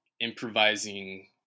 improvising